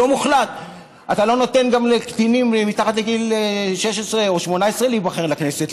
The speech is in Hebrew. אתה לא נותן גם לקטינים מתחת לגיל 16 או 18 להיבחר לכנסת.